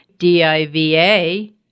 D-I-V-A